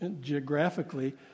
geographically